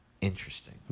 Interesting